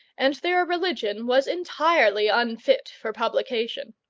and their religion was entirely unfit for publication.